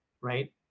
Right